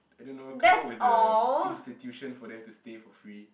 I don't know come up with a institution for them to stay for free